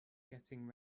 getting